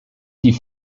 die